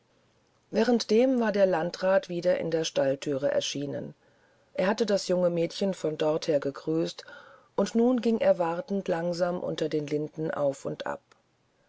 währenddem war der landrat wieder in der stallthüre erschienen er hatte das junge mädchen von dorther gegrüßt und nun ging er wartend langsam unter den linden auf und ab